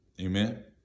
amen